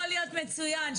זה יכול להיות רעיון מצוין,